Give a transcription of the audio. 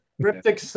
Cryptic